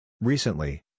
Recently